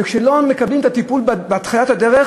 וכשלא מקבלים את הטיפול בתחילת הדרך,